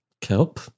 Kelp